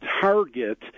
target